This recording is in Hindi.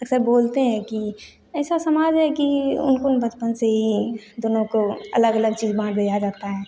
ऐसा बोलते हैं कि ऐसा समाज है कि उनको न बचपन से ही दोनों को अलग अलग चीज़ बाट दिया जाता है